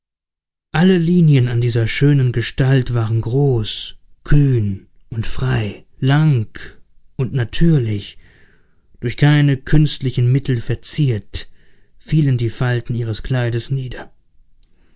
alle linien an dieser schönen gestalt waren groß kühn und frei lang und natürlich durch keine künstlichen mittel verziert fielen die falten ihres kleides nieder